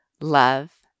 love